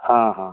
हाँ हाँ